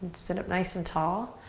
sit up nice and tall.